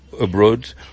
abroad